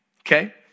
Okay